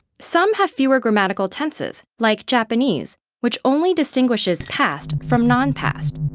some have fewer grammatical tenses, like japanese, which only distinguishes past from non-past,